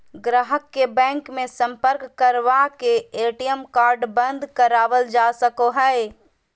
गाहक के बैंक मे सम्पर्क करवा के ए.टी.एम कार्ड बंद करावल जा सको हय